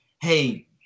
Hey